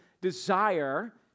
desire